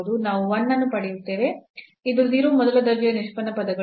ನಾವು 1 ಅನ್ನು ಪಡೆಯುತ್ತೇವೆ ಇದು 0 ಮೊದಲ ದರ್ಜೆಯ ನಿಷ್ಪನ್ನ ಪದಗಳು